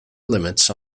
limits